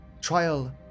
Trial